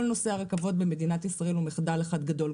כל נושא הרכבות במדינת ישראל הוא מחדל אחד גדול.